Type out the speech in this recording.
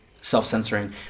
self-censoring